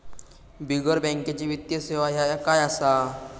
बिगर बँकेची वित्तीय सेवा ह्या काय असा?